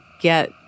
get